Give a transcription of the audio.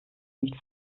nicht